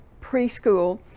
preschool